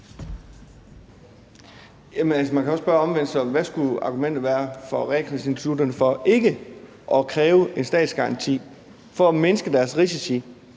Man kan også spørge omvendt: Hvad skulle argumentet være for realkreditinstitutterne for ikke at kræve en statsgaranti for at mindske deres risici?